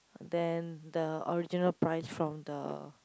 than the original price from the